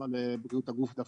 לא על בריאות הגוף דווקא,